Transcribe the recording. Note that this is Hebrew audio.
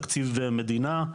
תקציב מדינה,